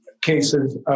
cases